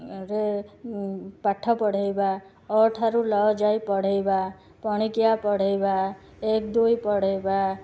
ରେ ପାଠ ପଢ଼େଇବା ଅ ଠାରୁ ଲ ଯାଏ ପଢ଼େଇବା ପଣିକିଆ ପଢ଼େଇବା ଏକ ଦୁଇ ପଢ଼େଇବା